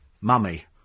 Mummy